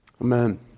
Amen